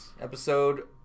episode